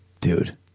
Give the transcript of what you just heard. Dude